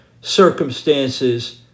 circumstances